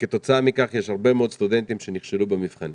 וכתוצאה מכך יש הרבה מאוד סטודנטים שנכשלו במבחנים